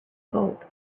gold